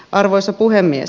arvoisa puhemies